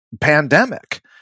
pandemic